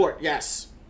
Yes